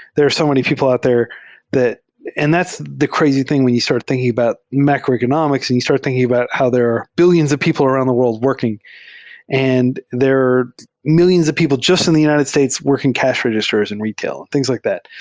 there are so many people out there that and that's the crazy thing when you start thinking about macroeconomics and you start thinking about how there are billions of people around the world working and there mil lions of people jus t in the united states working cash registers and reta il, things like that.